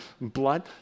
blood